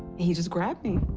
he just grabbed me.